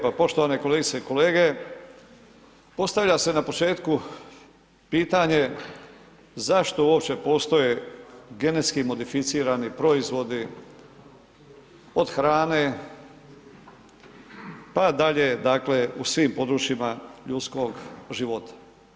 Poštovane kolegice i kolege, postavlja se na početku pitanje zašto uopće postoje genetski modificirani proizvodi od hrane, pa dalje dakle u svim područjima ljudskog života.